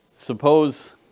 suppose